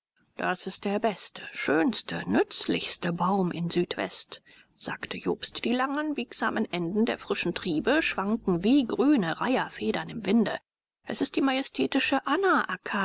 das ist der beste schönste nützlichste baum in südwest sagte jobst die langen biegsamen enden der frischen triebe schwanken wie grüne reiherfedern im winde es ist die majestätische